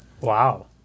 Wow